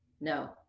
No